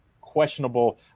questionable